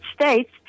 States